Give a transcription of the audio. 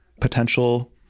potential